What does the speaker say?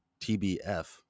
TBF